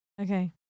Okay